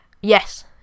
Yes